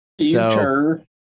Future